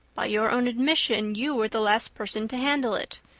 by your own admission you were the last person to handle it.